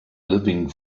living